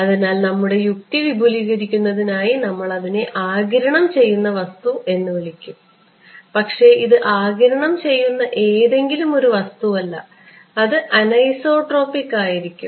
അതിനാൽ നമ്മുടെ യുക്തി വിപുലീകരിക്കുന്നതായി നമ്മൾ അതിനെ ആഗിരണം ചെയ്യുന്ന വസ്തു വിളിക്കും പക്ഷേ ഇത് ആഗിരണം ചെയ്യുന്ന ഏതെങ്കിലും ഒരു വസ്തുവല്ല അത് ആനൈസോട്രോപിക് ആയിരിക്കും